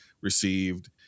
received